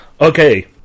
Okay